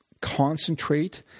concentrate